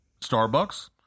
Starbucks